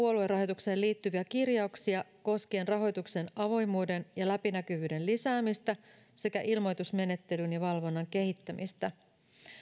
puoluerahoitukseen liittyviä kirjauksia koskien rahoituksen avoimuuden ja läpinäkyvyyden lisäämistä sekä ilmoitusmenettelyn ja valvonnan kehittämistä